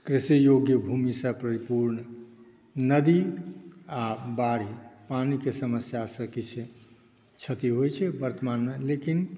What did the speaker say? कृषि योग्य भूमिसॅं परिपूर्ण नदी आ बाढि पानीक समस्यासॅं किछु क्षति होइ छै वर्तमानमे लेकिन